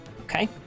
Okay